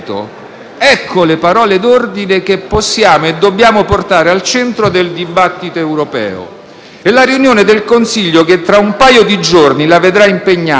La riunione del Consiglio che tra un paio di giorni la vedrà impegnato è sicuramente l'occasione giusta per allargare e rafforzare questo nuovo corso.